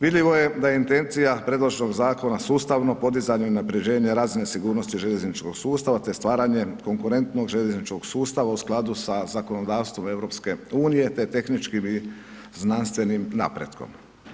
Vidljivo je da je intencija predloženog zakona sustavno podizanje i unaprjeđenje razine sigurnosti željezničkog sustava te stvaranje konkurentnog željezničkog sustava u skladu sa zakonodavstvom EU-a te tehničkim i znanstvenim napretkom.